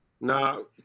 No